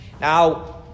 Now